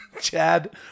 Chad